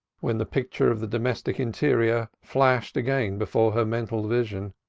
when the picture of the domestic interior flashed again before her mental vision